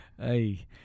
Hey